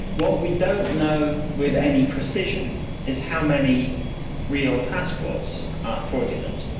what we don't know with any precision is how many real passports are fraudulent.